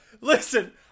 Listen